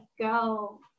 go